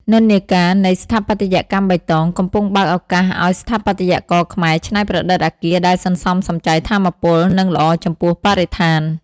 និន្នាការនៃ "ស្ថាបត្យកម្មបៃតង" កំពុងបើកឱកាសឱ្យស្ថាបត្យករខ្មែរ ច្នៃប្រឌិតអគារដែលសន្សំសំចៃថាមពល និងល្អចំពោះបរិស្ថាន។